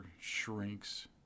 shrinks